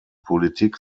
politik